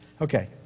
Okay